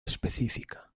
específica